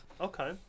Okay